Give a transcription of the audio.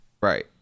Right